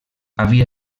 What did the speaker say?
havia